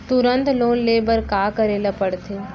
तुरंत लोन ले बर का करे ला पढ़थे?